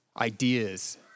ideas